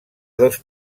dos